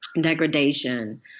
degradation